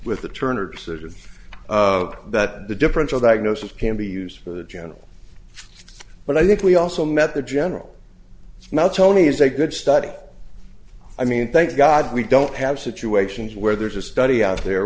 of that the differential diagnosis can be used for the general but i think we also met the general now tony is a good study i mean thank god we don't have situations where there's a study out there